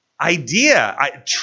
idea